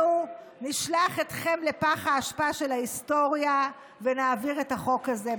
אנחנו נשלח אתכם לפח האשפה של ההיסטוריה ונעביר את החוק הזה,